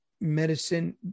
Medicine